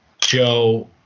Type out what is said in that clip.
Joe